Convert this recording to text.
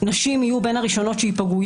נשים יהיו בין הראשונות שייפגעו.